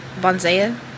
Bonsai